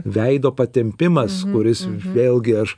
veido patempimas kuris vėlgi aš